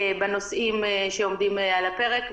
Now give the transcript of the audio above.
בנושאים שעומדים על הפרק,